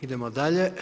Idemo dalje.